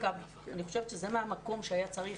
שאני חושבת שזה המקום שהיה צריך